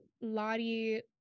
Lottie